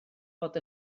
fod